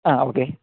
ആ ഓക്കെ